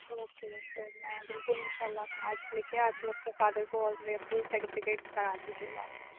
okay تو میں بالکل اِنشاء اللہ میں آج لے کے آتی ہوں اپنے فادر کو اور میرا پلیز سرٹیفکیٹ کرا دیجیے گا